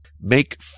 make